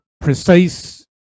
precise